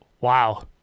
wow